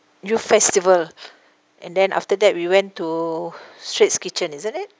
youth festival and then after that we went to straits kitchen isn't it